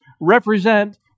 represent